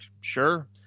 Sure